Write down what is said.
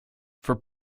for